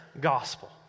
gospel